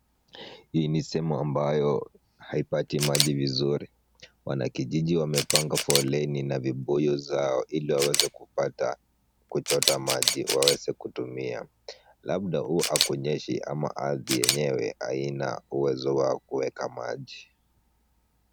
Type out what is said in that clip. Hii ni sehemu ambayo haipati maji vizuri. Wanakijiji wamepanga foleni na vibuyu zao ili waweze kupata kuchota maji waweze kutumia. Labda huwa hakunyeshi ama ardhi yenyewe haina uwezo wa kuweka maji.